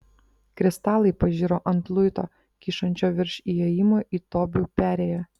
kristalai pažiro ant luito kyšančio virš įėjimo į tobių perėją